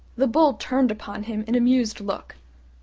the bull turned upon him an amused look.